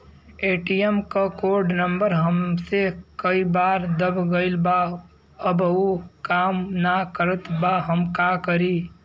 ATM क code number हमसे कई बार दब गईल बा अब उ काम ना करत बा हम का करी?